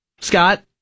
Scott